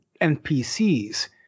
NPCs